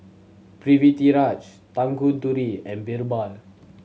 Pritiviraj Tanguturi and Birbal